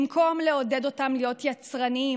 במקום לעודד אותם להיות יצרניים,